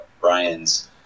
Brian's